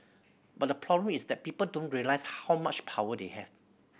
but the problem is that people don't realise how much power they have